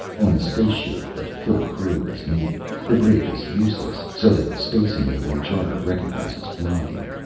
on a spaceship, the full crew is needed. the brig is useless, so the space-enabling charter recognizes flogging.